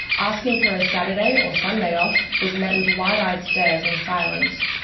asking for a saturday or sunday off was met with wide-eyed stares and silence,